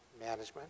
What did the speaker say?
management